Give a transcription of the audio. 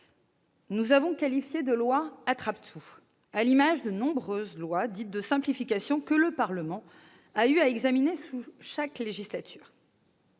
avons qualifié de texte attrape-tout, à l'image de nombreuses lois dites de simplification que le Parlement a eu à examiner sous chaque législature